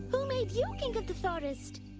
who made you king of the forest?